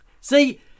See